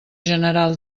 general